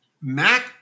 Mac